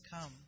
come